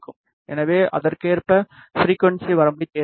எனவே அதற்கேற்ப ஃபிரிக்குவன்ஸி வரம்பைத் தேர்ந்தெடுப்போம்